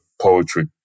poetry